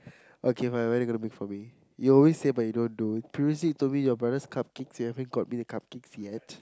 okay fine what are you gonna make for me you always say but you don't do previously told me your brother's cupcakes you haven't got me the cupcakes yet